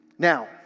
Now